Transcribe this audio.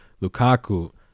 Lukaku